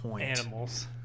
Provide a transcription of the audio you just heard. animals